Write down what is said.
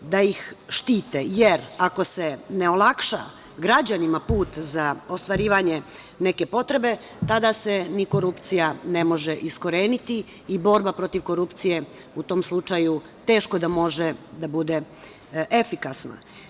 da ih štite, jer ako se ne olakša građanima put za ostvarivanje neke potrebe, tada se ni korupcija ne može iskoreniti i borba protiv korupcije u tom slučaju teško da može da bude efikasna.